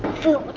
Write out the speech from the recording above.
food.